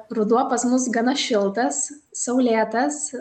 ruduo pas mus gana šiltas saulėtas